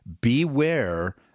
beware